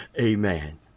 Amen